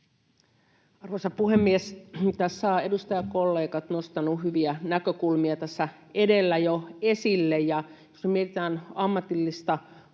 Arvoisa puhemies! Tässä edustajakollegat ovat nostaneet hyviä näkökulmia edellä jo esille. Jos me mietitään ammatillista koulutusta,